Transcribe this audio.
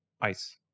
ice